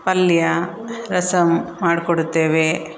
ಪಲ್ಯ ರಸಮ್ ಮಾಡ್ಕೊಡುತ್ತೇವೆ